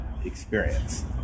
experience